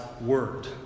word